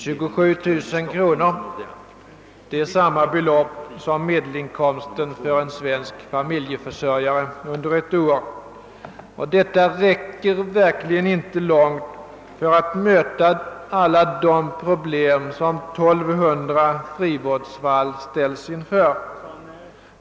Detta är samma belopp som medelinkomsten under ett år för en svensk familjeförsörjare, och det räcker verkligen inte långt för att möta alla de problem som 1200 frivårdsfall ställs inför.